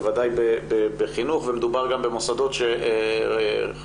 בוודאי בחינוך ומדובר גם במוסדות שרובם